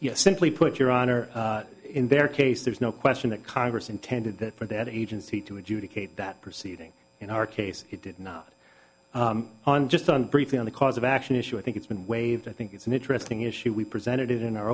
yes simply put your honor in their case there is no question that congress intended that for that agency to adjudicate that proceeding in our case it did not on just on briefly on the cause of action issue i think it's been waived i think it's an interesting issue we presented it in our